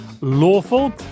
lawful